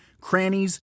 crannies